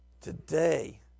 today